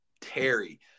terry